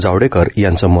जावडेकर यांचं मत